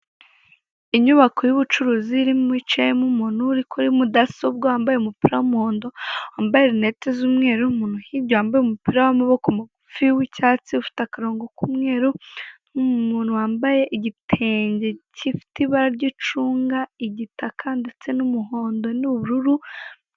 Inyubako y'ubucuruzi irimo yicayemo umuntu uri kuri mudasobwa wambaye umupira w'umuhondo, wambaye rinete z'umweru, umuntu uri hirya wambaye umupira w'amaboko magufi w'icyatsi ufite akarongo k'umweru n'umuntu wambaye igitenge gifiite ibara ry'icunga, igitaka ndetse n'umuhondo n'ubururu.